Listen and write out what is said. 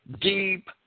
deep